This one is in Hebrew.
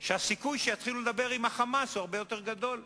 שהסיכוי שיתחילו לדבר עם ה"חמאס" הוא הרבה יותר גדול.